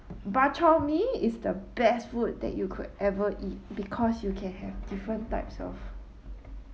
bak chor mee is the best food that you could ever eat because you can have different types of